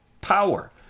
power